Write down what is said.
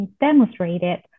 demonstrated